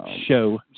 show